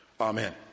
Amen